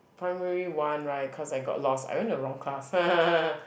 primary one right cause I got lost I went to the wrong class